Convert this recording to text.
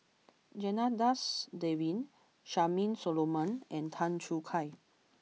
Janadas Devan Charmaine Solomon and Tan Choo Kai